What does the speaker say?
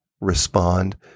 respond